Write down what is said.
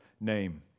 name